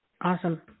Awesome